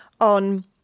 on